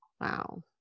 wow